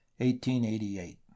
1888